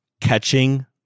catching